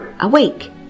awake